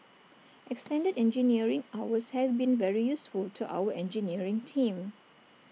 extended engineering hours have been very useful to our engineering team